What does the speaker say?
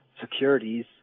securities